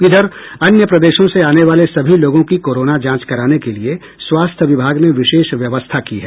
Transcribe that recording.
इधर अन्य प्रदेशों से आने वाले सभी लोगों की कोरोना जांच कराने के लिए स्वास्थ्य विभाग ने विशेष व्यवस्था की है